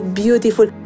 beautiful